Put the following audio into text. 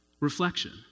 reflection